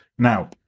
Now